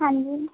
ਹਾਂਜੀ